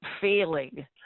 feeling